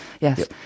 Yes